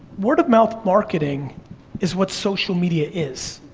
word of mouth marketing is what social media is.